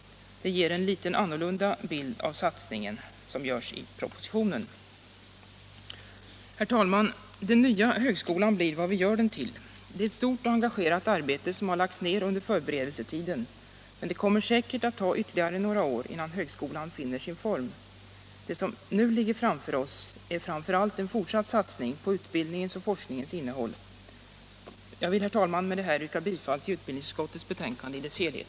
Det ger en litet mer nyanserad bild av satsningen än vad som framgår av propositionen. Herr talman! Den nya högskolan blir vad vi gör den till. Det är ett stort och engagerat arbete som lagts ned under förberedelsetiden, men det kommer säkert att ta ytterligare några år innan högskolan finner sin form. Det som nu ligger framför oss är framför allt en fortsatt satsning på utbildningens och forskningens innehåll. Jag vill med detta, herr talman, yrka bifall till utbildningsutskottets hemställan i dess helhet.